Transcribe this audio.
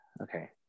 okay